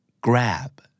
Grab